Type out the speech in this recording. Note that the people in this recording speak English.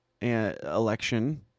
election